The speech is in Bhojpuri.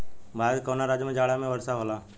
भारत के कवना राज्य में जाड़ा में वर्षा होला?